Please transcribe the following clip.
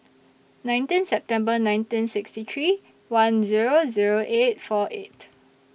nineteen September nineteen sixty three one Zero Zero eight four eight